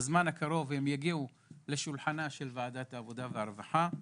בזמן הקרוב הם יגיעו לשולחנה של ועדת העבודה והרווחה.